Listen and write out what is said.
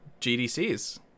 GDCs